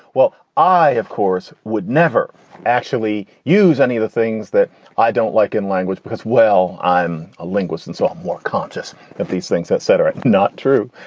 well, i, of course, would never actually use any of the things that i don't like in language because, well, i'm a linguist and so i'm more conscious that these things, et cetera. not true.